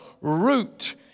root